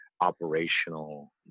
operational